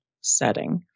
setting